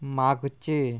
मागचे